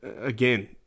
again